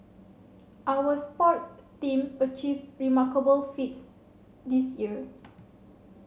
our sports team achieved remarkable feats this year